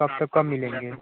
कब से कब मिलेगा यह